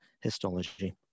histology